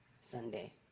Sunday